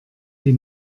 die